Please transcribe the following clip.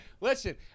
Listen